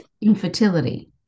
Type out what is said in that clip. infertility